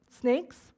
snakes